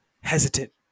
hesitant